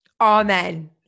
Amen